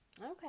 Okay